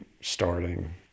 starting